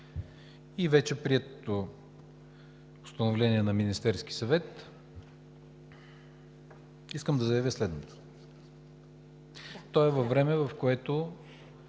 и вече приетото Постановление на Министерския съвет, искам да заявя следното.